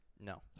No